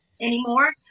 anymore